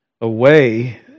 away